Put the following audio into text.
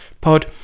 pod